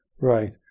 Right